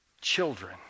children